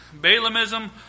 Balaamism